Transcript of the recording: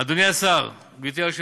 אדוני השר, גברתי היושבת-ראש,